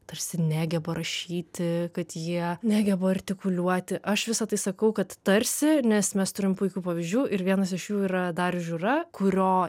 tarsi negeba rašyti kad jie negeba artikuliuoti aš visa tai sakau kad tarsi nes mes turim puikių pavyzdžių ir vienas iš jų yra darius žiūra kurio